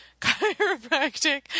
chiropractic